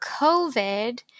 COVID